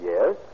Yes